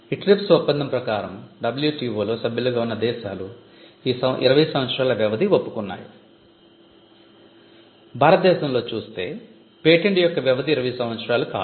ఈ ట్రిప్స్ ఒప్పందం ప్రకారం WTO లో సభ్యులుగా ఉన్న దేశాలు ఈ 20 సంవత్సరాల వ్యవధి ఒప్పుకున్నాయి భారతదేశంలో చూస్తే పేటెంట్ యొక్క వ్యవధి 20 సంవత్సరాలు కాదు